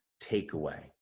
takeaway